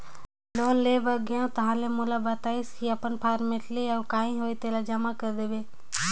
loan ले बर गेंव ताहले मोला बताइस की अपन फारमेलटी अउ काही होही तेला जमा कर देबे